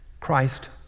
Christ